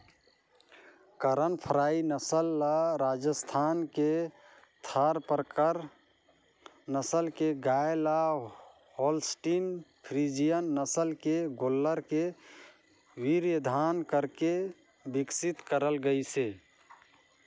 करन फ्राई नसल ल राजस्थान के थारपारकर नसल के गाय ल होल्सटीन फ्रीजियन नसल के गोल्लर के वीर्यधान करके बिकसित करल गईसे